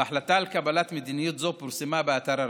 וההחלטה על קבלת מדיניות זו פורסמה באתר הרשות,